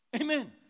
Amen